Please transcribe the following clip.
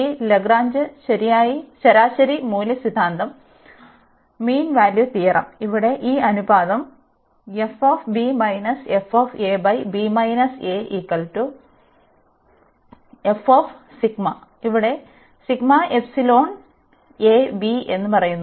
ഈ ലഗ്രാഞ്ച് ശരാശരി മൂല്യ സിദ്ധാന്തം ഇവിടെ ഈ അനുപാതം ഇവിടെ എന്ന് പറയുന്നു